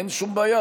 אין שום בעיה,